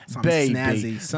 Baby